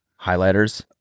Highlighters